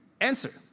answer